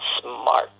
smart